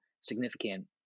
significant